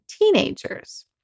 teenagers